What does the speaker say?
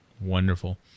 Wonderful